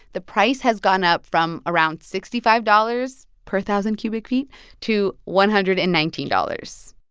the price has gone up from around sixty five dollars per thousand cubic feet to one hundred and nineteen dollars.